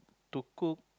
to cook